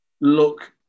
look